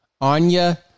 Anya